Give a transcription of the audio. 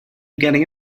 getting